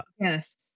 Yes